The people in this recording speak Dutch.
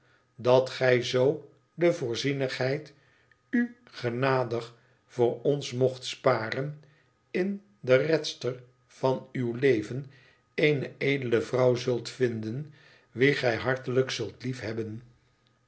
dat gij zoo de voorzienigheid u genadig voor ons mocht sparen in de redster van uw leven eene edele vrouw zult vinden wie gij hartelijk zult liefhebben